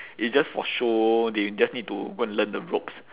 it just for show they just need to go and learn the ropes